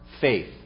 faith